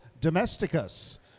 Domesticus